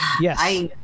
Yes